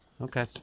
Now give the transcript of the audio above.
Okay